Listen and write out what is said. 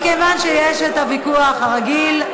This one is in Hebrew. מכיוון שיש הוויכוח הרגיל,